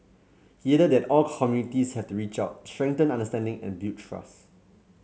he added that all communities have to reach out strengthen understanding and build trust